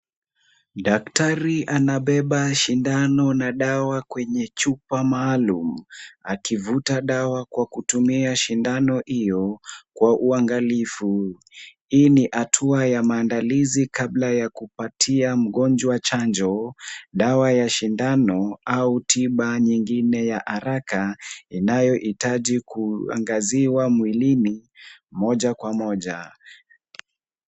Daktari anabeba sindano na dawa kwenye chupa maalum, akivuta dawa kwa kutumia sindano hiyo kwa uangalifu. Hii ni hatua ya maandalizi kabla ya kupatia mgonjwa chanjo, dawa ya sindano au tiba nyingine ya haraka, inayohitaji kuangaziwa mwilini moja kwa moja.